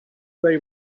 they